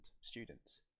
students